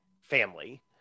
family